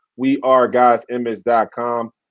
weareguysimage.com